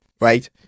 right